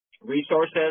resources